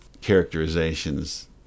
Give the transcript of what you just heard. characterizations